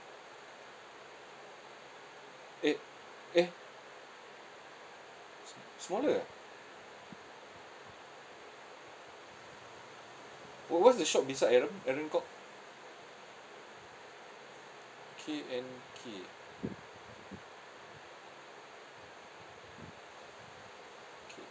eh eh smaller ah wh~ what's the shop beside aaron aaron kwok K_N_K okay